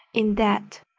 in that,